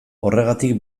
horregatik